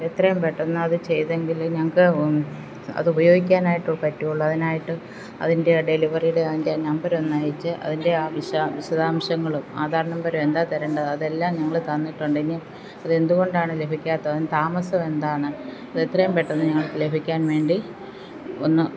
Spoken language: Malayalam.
എത്രയും പെട്ടെന്ന് അത് ചെയ്തെങ്കിൽ ഞങ്ങൾക്ക് അതുപയോഗിക്കാനായിട്ട് പറ്റുകയുള്ളൂ അതിനായിട്ട് അതിൻ്റെ ഡെലിവറിയുടെ അതിൻ്റെ നമ്പറൊന്നയച്ചാൽ അതിൻ്റെ ആ വിശദ വിശദാംശങ്ങളും ആധാർ നമ്പരും എന്താ തരേണ്ടത് അതെല്ലാം ഞങ്ങൾ തന്നിട്ടുണ്ട് ഇനി അതെന്തുകൊണ്ടാണ് ലഭിക്കാത്തത് താമസമെന്താണ് അതെത്രയും പെട്ടെന്ന് ഞങ്ങൾക്ക് ലഭിക്കാൻവേണ്ടി ഒന്നു